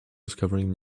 discovering